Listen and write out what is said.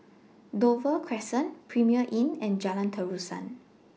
Dover Crescent Premier Inn and Jalan Terusan